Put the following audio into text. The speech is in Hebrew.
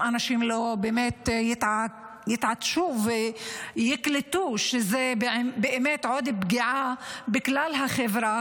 שאם האנשים לא יתעשתו ויקלטו שזאת באמת עוד פגיעה בכלל החברה,